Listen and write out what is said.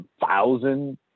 thousand